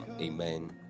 Amen